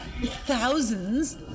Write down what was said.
thousands